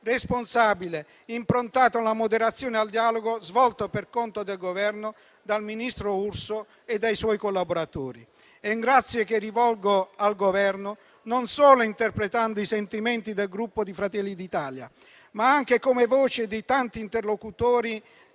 responsabile, improntato alla moderazione e al dialogo svolto per conto del Governo dal ministro Urso e dai suoi collaboratori. È un ringraziamento che rivolgo al Governo non solo interpretando i sentimenti del Gruppo Fratelli d'Italia, ma anche dando voce ai tanti interlocutori